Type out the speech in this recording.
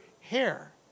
hair